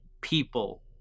people